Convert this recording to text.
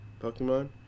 pokemon